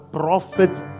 prophet's